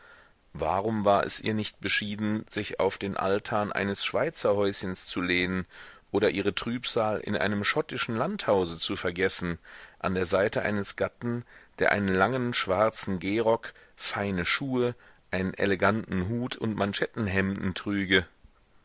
warum war es ihr nicht beschieden sich auf den altan eines schweizerhäuschens zu lehnen oder ihre trübsal in einem schottischen landhause zu vergessen an der seite eines gatten der einen langen schwarzen gehrock feine schuhe einen eleganten hut und manschettenhemden trüge